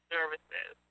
Services